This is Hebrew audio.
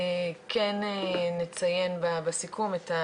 אני מצטרפת להמלצה לבחון מחדש את אופן השימוש